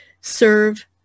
serve